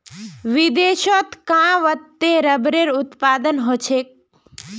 विदेशत कां वत्ते रबरेर उत्पादन ह छेक